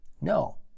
No